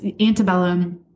antebellum